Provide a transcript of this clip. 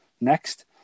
next